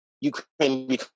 Ukraine